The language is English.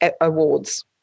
awards